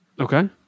Okay